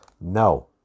No